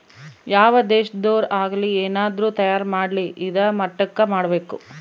ಯಾವ್ ದೇಶದೊರ್ ಆಗಲಿ ಏನಾದ್ರೂ ತಯಾರ ಮಾಡ್ಲಿ ಇದಾ ಮಟ್ಟಕ್ ಮಾಡ್ಬೇಕು